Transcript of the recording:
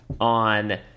on